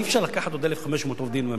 אי-אפשר לקחת עוד 1,500 עובדים מהממשלה,